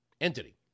entity